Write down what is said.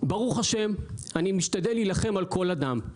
ברוך השם, אני משתדל להילחם על כול אדם,